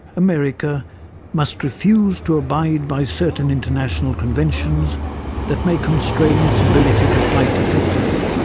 america must refuse to abide by certain international conventions that may constrain its ability to fight effectively.